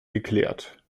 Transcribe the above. geklärt